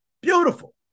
beautiful